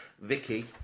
Vicky